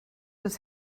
was